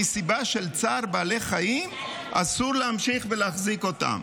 מסיבה של צער בעלי חיים אסור להמשיך להחזיק אותם.